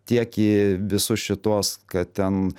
tiek į visus šituos kad ten